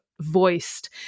voiced